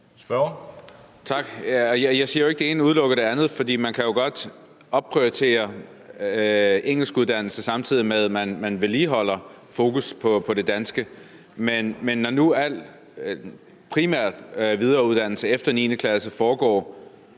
Jeg siger jo ikke, at det ene udelukker det andet, for man kan jo godt opprioritere engelskuddannelse, samtidig med at man fastholder fokus på det danske. Men når nu al videreuddannelse efter 9. klasse primært